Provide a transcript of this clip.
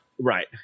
Right